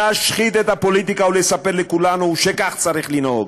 להשחית את הפוליטיקה ולספר לכולנו שכך צריך לנהוג.